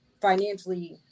financially